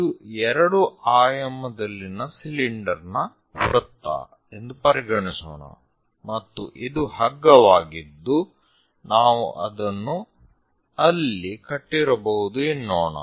ಇದು ಎರಡು ಆಯಾಮದಲ್ಲಿನ ಸಿಲಿಂಡರ್ ನ ವೃತ್ತ ಎಂದು ಪರಿಗಣಿಸೋಣ ಮತ್ತು ಇದು ಹಗ್ಗವಾಗಿದ್ದು ನಾವು ಅದನ್ನು ಅಲ್ಲಿ ಕಟ್ಟಿರಬಹುದು ಎನ್ನೋಣ